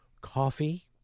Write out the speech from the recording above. coffee